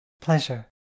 Pleasure